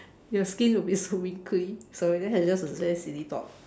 your skin will be so wrinkly sorry that was just a very silly thought